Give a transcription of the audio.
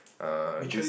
err this